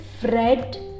Fred